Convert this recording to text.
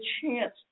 chance